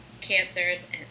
cancers